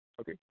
okay